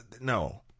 no